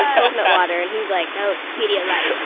coconut water, and he's like, no, it's pedialyte.